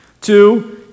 Two